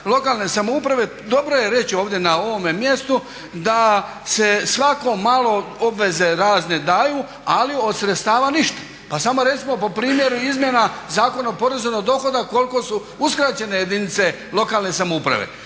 lokalne samouprave dobro je reći ovdje na ovome mjestu da se svako malo obveze razne daju ali od sredstava ništa. Pa samo recimo po primjeru izmjena Zakon o porezu na dohodak koliko su uskraćene jedinice lokalne samouprave.